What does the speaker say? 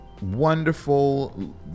Wonderful